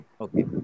okay